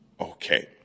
okay